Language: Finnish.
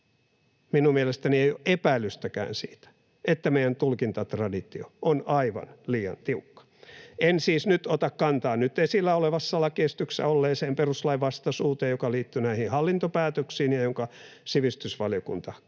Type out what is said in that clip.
Minun mielestäni ei ole epäilystäkään siitä, että meidän tulkintatraditio on aivan liian tiukka. En siis nyt ota kantaa nyt esillä olevassa lakiesityksessä olleeseen perustuslainvastaisuuteen, joka liittyy näihin hallintopäätöksiin ja jonka sivistysvaliokunta korjasi.